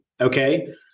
Okay